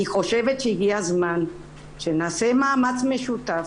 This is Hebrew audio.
אני חושבת שהגיע הזמן שנעשה מאמץ משותף.